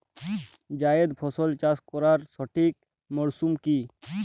জায়েদ ফসল চাষ করার সঠিক মরশুম কি?